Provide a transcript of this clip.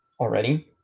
already